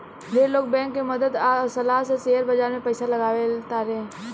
ढेर लोग बैंक के मदद आ सलाह से शेयर बाजार में पइसा लगावे तारे